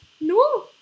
No